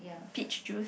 peach juice